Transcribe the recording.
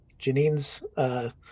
Janine's